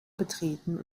betreten